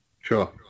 sure